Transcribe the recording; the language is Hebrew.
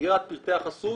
סגירת פרטי החסות